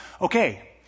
Okay